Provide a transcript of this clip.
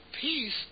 peace